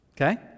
okay